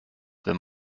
wenn